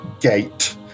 gate